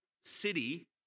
city